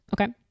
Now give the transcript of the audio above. Okay